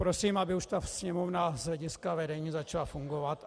Prosím, aby už Sněmovna z hlediska vedení začala fungovat.